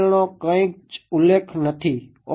નો કંઈ જ ઉલ્લેખ નથી ઓકે